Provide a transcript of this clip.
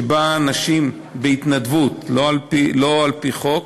שבה אנשים, בהתנדבות, לא על-פי חוק,